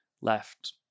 left